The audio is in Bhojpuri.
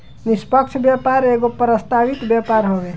निष्पक्ष व्यापार एगो प्रस्तावित व्यापार हवे